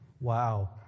Wow